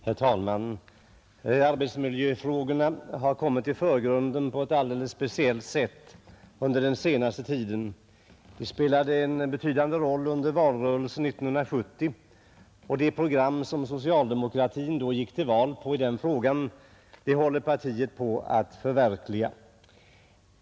Herr talman! Arbetsmiljöfrågorna har kommit i förgrunden på ett alldeles speciellt sätt under den senaste tiden. De spelade en betydande roll under valrörelsen 1970, och det program som socialdemokratin gick till val på i dessa frågor håller partiet på att förverkliga.